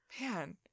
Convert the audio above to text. Man